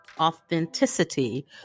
authenticity